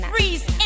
Freeze